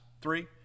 three